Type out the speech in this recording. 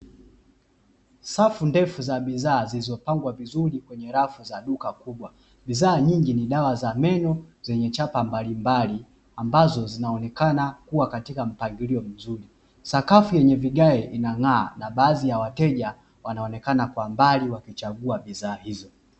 Safu ndefu za bidhaa zilizopangwa vizuri kwenye rafu za duka kubwa, bidhaa nyingi ni dawa za meno zenye chapa mbalimbali ambazo zinaonekana kuwa katika mpangilio mzuri, sakafu yenye vigae inayong'aa na baadhi ya wateja wanaonekana kwa mbali wakichagua bidhaa hizo.